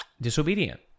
disobedient